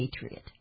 Patriot